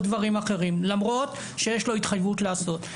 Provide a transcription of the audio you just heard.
דברים אחרים למרות שיש לו התחייבות לעשות.